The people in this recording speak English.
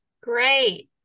Great